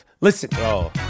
listen